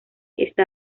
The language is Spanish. esta